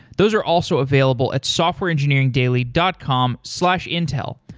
those are also available at softwareengineeringdaily dot com slash intel.